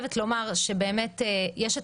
בג"ץ בעצם יכול לשנות את הדעה או שיש לך קלון